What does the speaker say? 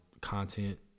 content